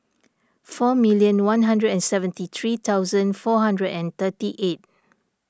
four million one hundred and seventy three thousand four hundred and thirty eight